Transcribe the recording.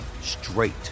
straight